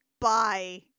bye